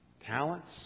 talents